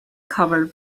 covered